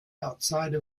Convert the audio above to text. outside